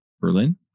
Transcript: Berlin